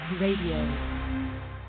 radio